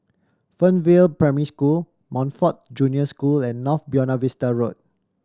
Fernvale Primary School Montfort Junior School and North Buona Vista Road